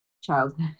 childhood